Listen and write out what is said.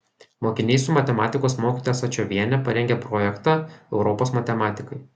mokiniai su matematikos mokytoja asačioviene parengė projektą europos matematikai